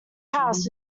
house